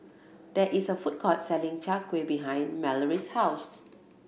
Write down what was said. there is a food court selling Chai Kuih behind Malorie's house